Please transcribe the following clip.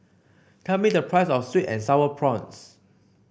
tell me the price of sweet and sour prawns